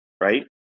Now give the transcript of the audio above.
right